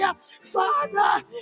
Father